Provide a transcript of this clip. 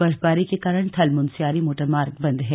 बर्फबारी के कारण थल मुन्स्यारी मोटर मार्ग बंद है